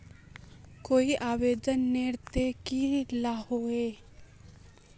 कोई आवेदन नेर तने की लागोहो?